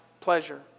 pleasure